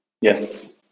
Yes